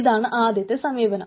ഇതാണ് ആദ്യത്തെ സമീപനം